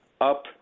up